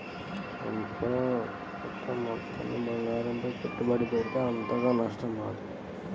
సంపాదనలో కొంత మొత్తాన్ని బంగారంపై పెట్టుబడి పెడితే అంతగా నష్టం రాదు